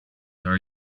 are